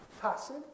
passive